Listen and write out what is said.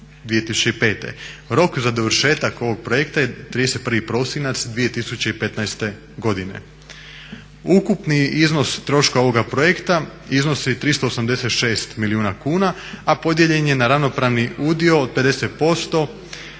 Rok za dovršetak ovog projekta je 31. prosinac 2015. godine. Ukupni iznos troškova ovoga projekta iznosi 386 milijuna kuna, a podijeljen je na ravnopravni udio od 50%